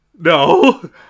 No